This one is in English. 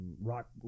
rock